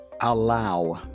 Allow